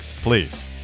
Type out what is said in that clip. Please